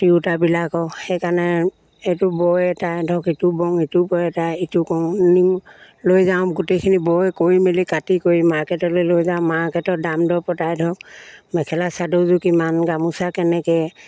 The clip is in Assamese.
তিৰোতাবিলাকৰ সেইকাৰণে এইটো বৈ অতাই ধৰক ইটো বওঁ ইটো বৈ অতাই ইটো কৰোঁ লৈ যাওঁ গোটেইখিনি বৈ কৰি মেলি কাটি কৰি মাৰ্কেটলৈ লৈ যাওঁ মাৰ্কেটত দাম দৰ পতাই ধৰক মেখেলা চাদৰযোৰ কিমান গামোচা কেনেকৈ